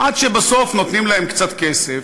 עד שבסוף נותנים להם קצת כסף,